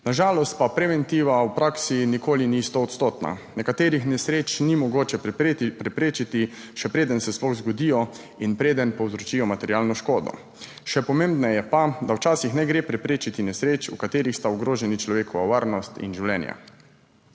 Na žalost pa preventiva v praksi nikoli ni stoodstotna, nekaterih nesreč ni mogoče preprečiti, še preden se sploh zgodijo in preden povzročijo materialno škodo, še pomembneje pa je, da včasih ne gre preprečiti nesreč, v katerih sta ogroženi človekova varnost in življenje.